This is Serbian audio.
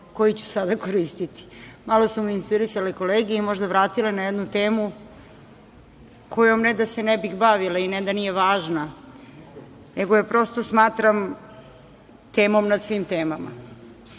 koji ću sada koristiti. Malo su me inspirisale kolege i možda vratile na jednu temu kojom ne da se ne bih bavila, ne da nije važna, nego je, prosto, smatram temom nad svim temama. Vaš